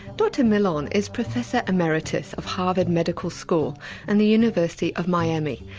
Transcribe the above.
dr millon is professor emeritus of harvard medical school and the university of miami,